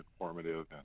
informative